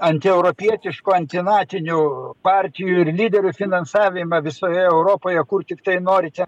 antieuropietiškų antinatinių partijų ir lyderių finansavimą visoje europoje kur tiktai norite